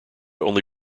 only